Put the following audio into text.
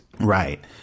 right